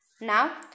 Now